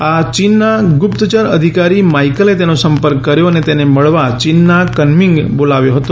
આ મેઇ ચીનના ગુપ્તચર અધિકારી માઇકલે તેનો સંપર્ક કર્યો અને તેને મળવા ચીનના કનમીંગ બોલાવ્યો હતો